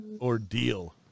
ordeal